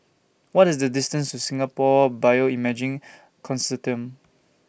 What IS The distance to Singapore Bioimaging Consortium